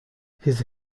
his